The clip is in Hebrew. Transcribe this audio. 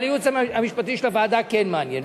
אבל הייעוץ המשפטי של הוועדה כן מעניין.